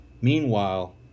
Meanwhile